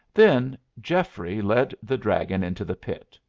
then geoffrey led the dragon into the pit.